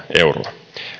euroa